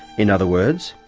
in other words,